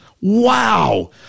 Wow